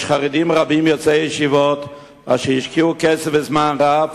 חרדים רבים יוצאי ישיבות השקיעו כסף וזמן רב